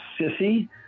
sissy